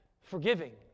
forgiving